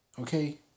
Okay